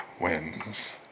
wins